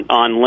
on